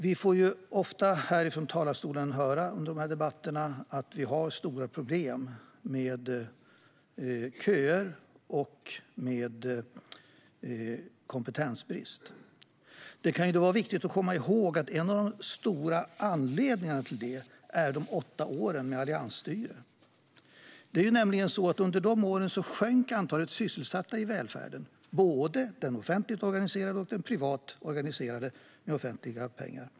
Under debatter som denna får vi ofta höra från talarstolen att vi har stora problem med köer och kompetensbrist. Då kan det vara viktigt att komma ihåg att en av de stora anledningarna till det är de åtta åren med alliansstyre. Under de åren sjönk nämligen antalet sysselsatta i välfärden, och det gäller både den offentligt organiserade och den med offentliga pengar privat organiserade.